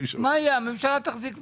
הממשלה תחזיק מעמד.